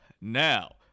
Now